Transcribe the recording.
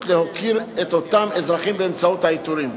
להוקיר את אותם אזרחים באמצעות העיטורים.